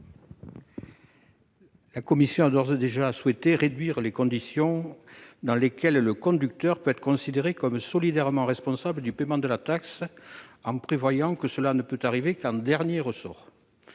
La commission a d'ores et déjà souhaité réduire les conditions dans lesquelles le conducteur peut être considéré comme solidairement responsable du paiement de la taxe, en prévoyant que cela ne peut arriver qu'en dernier ressort.